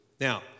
Now